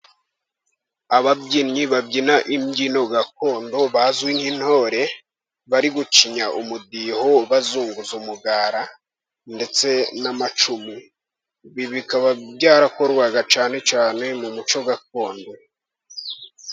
Ababyinnyi babyina imbyino gakondo bazwi nk'intore, bari gucinya umudiho, bazunguza umugara, ndetse n'amacumu. Ibi bikaba byarakorwaga cyane cyane mu muco gakondo.